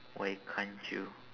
why can't you